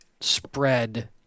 spread